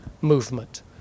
movement